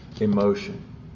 emotion